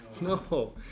No